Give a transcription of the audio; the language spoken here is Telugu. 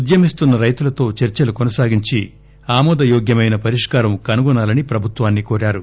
ఉద్యమిస్తున్న రైతులతో చర్చలు కొనసాగించి ఆమోదయోగ్యమైన పరిష్కారం కనుగొనాలని ప్రభుత్వాన్ని కోరారు